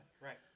Right